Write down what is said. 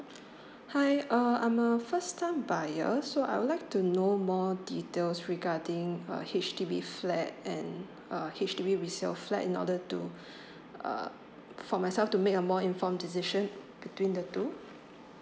hi err I'm a first time buyer so I would like to know more details regarding uh H_D_B flat and uh H_D_B resale flat in order to uh for myself to make a more informed decision between the two